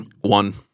One